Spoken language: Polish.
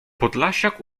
podlasiak